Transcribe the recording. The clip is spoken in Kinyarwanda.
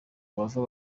bava